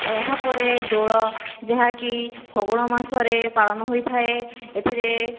ଏହା ପରେ ଦୋଳ ଯାହାକି ଫଗୁଣ ମାସରେ ପାଳନ ହୋଇଥାଏ ଏଥିରେ